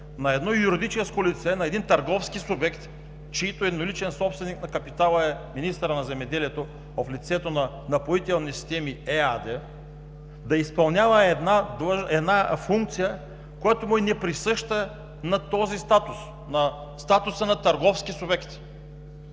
на едно юридическо лице, на един търговски субект, чийто едноличен собственик на капитала е министърът на земеделието в лицето на „Напоителни системи“ ЕАД, за да изпълнява една функция, която му е неприсъща на този статус – статуса на търговски субекти.